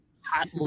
Hot